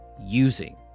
using